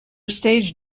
stage